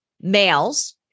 males